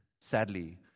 sadly